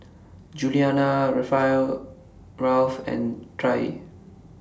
Julianna Ralph and Trae